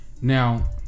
Now